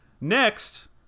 next